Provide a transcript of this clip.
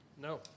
No